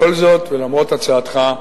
בכל זאת, ולמרות הצעתך,